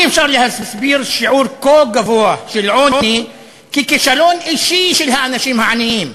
אי-אפשר להסביר שיעור כה גבוה של עוני ככישלון אישי של האנשים העניים.